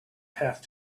have